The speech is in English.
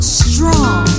strong